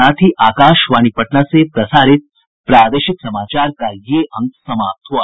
इसके साथ ही आकाशवाणी पटना से प्रसारित प्रादेशिक समाचार का ये अंक समाप्त हुआ